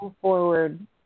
forward